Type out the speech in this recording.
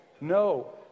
No